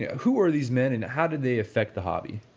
who were these men and how did they effect the hobby?